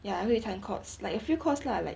ya I 会弹 chords like a few chords lah like